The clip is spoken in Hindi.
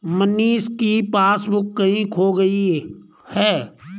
मनीष की पासबुक कहीं खो गई है